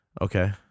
Okay